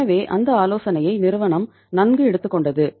எனவே அந்த ஆலோசனையை நிறுவனம் நன்கு எடுத்துக் கொண்டது